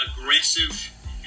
aggressive